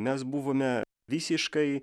mes buvome visiškai